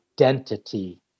identity